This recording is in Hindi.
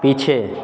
पीछे